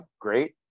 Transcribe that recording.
great